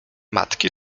matki